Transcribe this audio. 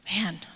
Man